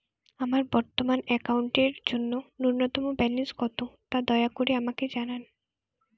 আমার বর্তমান অ্যাকাউন্টের জন্য ন্যূনতম ব্যালেন্স কত তা দয়া করে আমাকে জানান